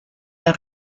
der